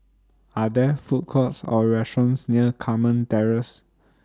Are There Food Courts Or restaurants near Carmen Terrace